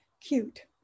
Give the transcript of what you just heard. cute